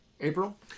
April